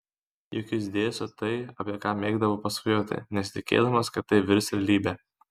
juk jis dėsto tai apie ką mėgdavo pasvajoti nesitikėdamas kad tai virs realybe